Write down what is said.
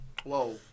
Whoa